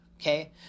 okay